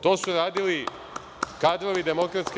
To su radili kadrovi DS.